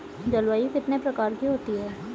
जलवायु कितने प्रकार की होती हैं?